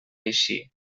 eixir